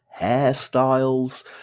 hairstyles